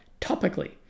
topically